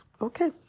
Okay